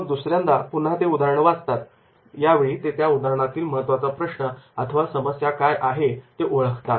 मग दुसऱ्यांदा पुन्हा ते उदाहरण वाचतात यावेळी ते त्या उदाहरणामधील महत्त्वाचा प्रश्न अथवा समस्या काय आहेत ते ओळखतात